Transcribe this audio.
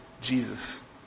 Jesus